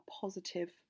positive